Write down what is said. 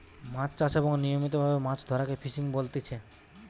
মাছ চাষ এবং নিয়মিত ভাবে মাছ ধরাকে ফিসিং বলতিচ্ছে